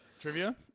Trivia